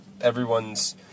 everyone's